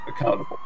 accountable